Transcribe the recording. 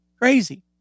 Crazy